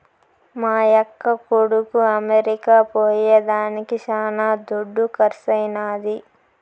మా యక్క కొడుకు అమెరికా పోయేదానికి శానా దుడ్డు కర్సైనాది